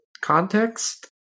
context